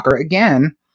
again